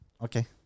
Okay